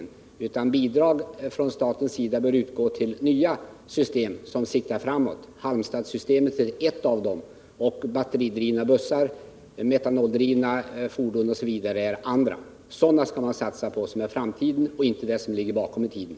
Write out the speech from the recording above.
Bidrag från statens sida bör därför utgå till nya system som siktar framåt. Halmstadssystemet är ett av dem, och batteridrivna bussar, metanoldrivna fordon osv. är andra. Det är sådant vi skall satsa på — som har framtiden för sig och inte ligger bakåt i tiden.